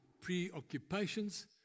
preoccupations